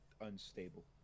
unstable